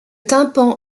tympan